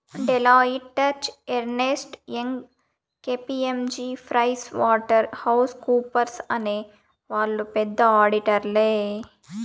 Deloitte, Touche Ernst, Young KPMG Price Waterhouse కూపర్స్అనే వాళ్ళు పెద్ద ఆడిటర్లే